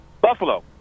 Buffalo